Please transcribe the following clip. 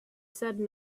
said